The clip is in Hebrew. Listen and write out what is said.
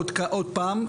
עוד פעם,